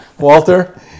Walter